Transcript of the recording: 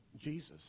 Jesus